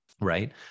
right